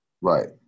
Right